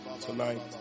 tonight